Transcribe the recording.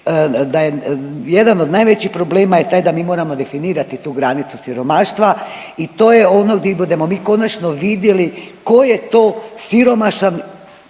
da je, jedan od najvećih problema je taj da mi moramo definirati tu granicu siromaštva i to je ono di budemo mi konačno vidjeli ko je to siromašan,